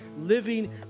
living